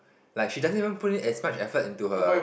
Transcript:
like she doesn't even put in as much effort into her